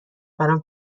برام